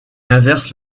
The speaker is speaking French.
inverse